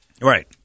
Right